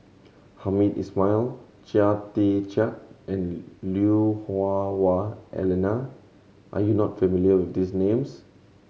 Hamed Ismail Chia Tee Chiak and Lui Hah Wah Elena are you not familiar with these names